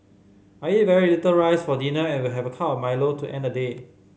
I eat very little rice for dinner and will have a cup milo to end day